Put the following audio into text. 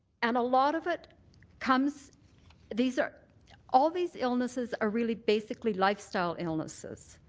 and a lot of it comes these are all these illnesses are really basically lifestyle illnesses.